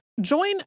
Join